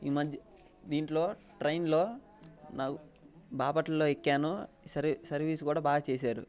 ఈ మధ్య దీంట్లో ట్రైన్లో నాకు బాపట్లలో ఎక్కాను సరీ సర్వీస్ కూడా బాగా చేసారు